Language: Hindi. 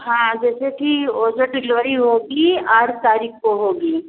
हाँ जैसे कि वह जो डिलोड़ी होगी आठ तारीख़ को होगी